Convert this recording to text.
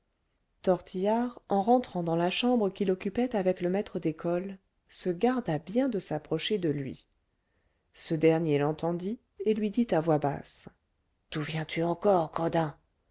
tortillard en rentrant dans la chambre qu'il occupait avec le maître d'école se garda bien de s'approcher de lui ce dernier l'entendit et lui dit à voix basse d'où viens-tu encore gredin